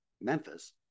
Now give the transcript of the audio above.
Memphis